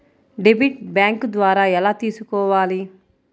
Debit bank ద్వారా ఎలా తీసుకోవాలి?